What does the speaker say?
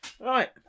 Right